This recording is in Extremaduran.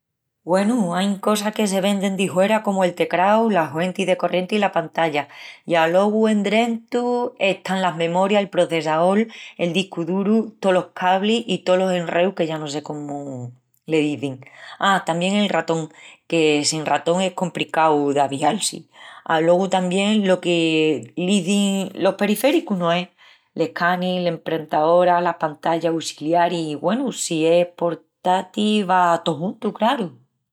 Güenu, ain cosas que se ven dendi huera comu el tecrau, la huenti de corrienti i la pantalla. I alogu endrentu están las memorias, el processaol, el discu duru, tolos cablis i tolos enreus que ya no sé cómu les izin. Á, tamién el ratón, que sin ratón es compricau d'avial-si. Alogu tamién lo que l'izin los periféricus, no es? l'escani, la emprentaora, las pantallas ussiliaris i, güenu, si es portati va tó juntu, craru.